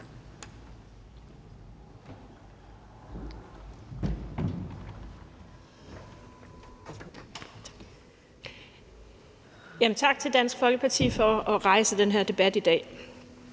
tak til Dansk Folkeparti for at rejse den her debat i dag.